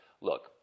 look